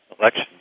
election